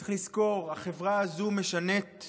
צריך לזכור: החברה הזו משנעת